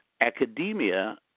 academia